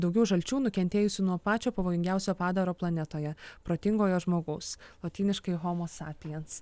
daugiau žalčių nukentėjusių nuo pačio pavojingiausio padaro planetoje protingojo žmogaus lotyniškai homo sapiens